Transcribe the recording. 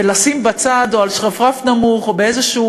ולשים בצד או על שרפרף נמוך או באיזשהו